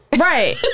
Right